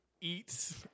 eats